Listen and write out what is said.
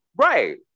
Right